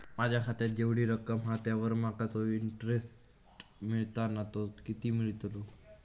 माझ्या खात्यात जेवढी रक्कम हा त्यावर माका तो इंटरेस्ट मिळता ना तो किती मिळतलो?